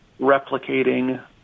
replicating